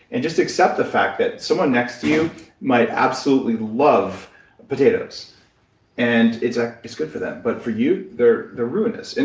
and just accept the fact that someone next to you might absolutely love potatoes and it's ah it's good for them, but for you they're ruinous. and